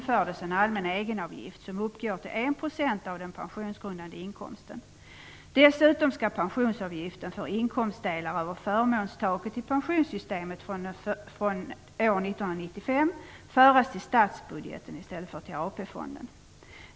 föras till statsbudgeten i stället för till AP-fonden.